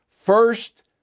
First